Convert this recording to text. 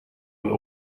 een